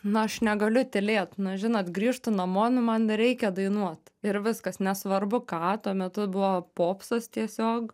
na aš negaliu tylėt nu žinot grįžtu namo nu man dar reikia dainuot ir viskas nesvarbu ką tuo metu buvo popsas tiesiog